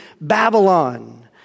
Babylon